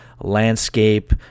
landscape